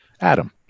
Adam